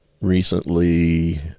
recently